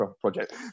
project